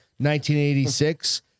1986